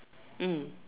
mm